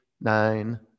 nine